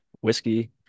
whiskey